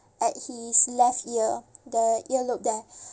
at his left ear the ear lobe there